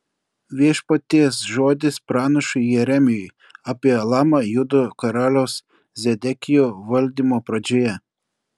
viešpaties žodis pranašui jeremijui apie elamą judo karaliaus zedekijo valdymo pradžioje